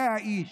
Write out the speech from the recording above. זה האיש.